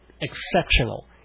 exceptional